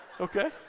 Okay